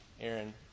Aaron